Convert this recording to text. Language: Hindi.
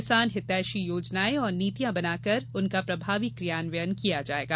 किसाना हितैषी योजनाएं और नीतियां बनाकर उनका प्रभावी कियान्वयन किया जायेगा